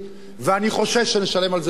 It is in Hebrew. ואני חושש שנשלם על זה מחיר.